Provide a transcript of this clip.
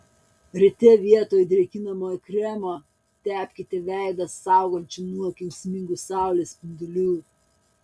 ryte vietoj drėkinamojo kremo tepkite veidą saugančiu nuo kenksmingų saulės spindulių